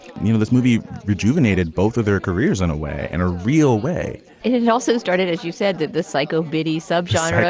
you know, this movie rejuvenated both of their careers in a way, in and a real way it also started, as you said, that this psycho bidi subgenre.